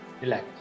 relax